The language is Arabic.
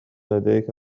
لديك